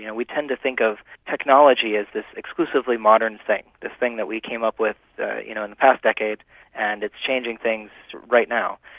you know we tend to think of technology as this exclusively modern thing, this thing that we came up with you know in the past decade and it's changing things right now.